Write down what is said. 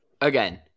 Again